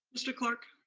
mr. clark.